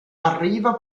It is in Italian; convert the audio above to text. arriva